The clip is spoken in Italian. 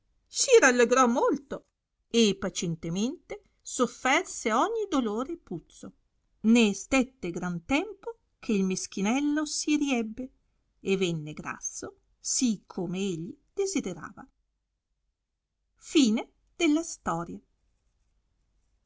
sì rallegrò molto e pacientemente sofferse ogni dolore e puzzo né stette gran tempo che il meschinello si riebbe e venne grasso sì come egli desiderava